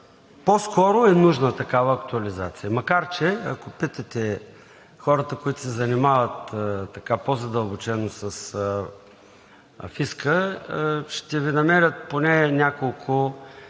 по-скоро е нужна такава актуализация. Макар че, ако питате хората, които се занимават по-задълбочено с фиска, ще Ви намерят поне няколко